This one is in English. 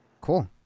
Cool